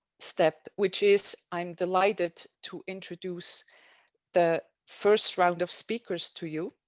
step, which is i'm delighted to introduce the first round of speakers to you.